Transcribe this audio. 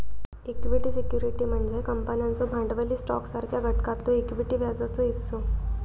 equity security म्हणजे कंपन्यांचो भांडवली स्टॉकसारख्या घटकातलो इक्विटी व्याजाचो हिस्सो